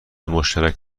مشترک